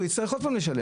הוא יצטרך עוד פעם לשלם.